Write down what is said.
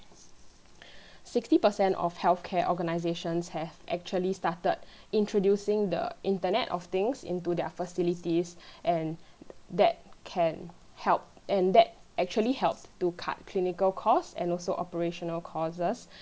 sixty percent of healthcare organisations have actually started introducing the internet of things into their facilities and that can help and that actually help to cut clinical cost and also operational causes